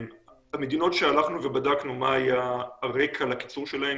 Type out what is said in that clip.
המדינות שבדקנו מה היה הרקע לקיצור שלהן,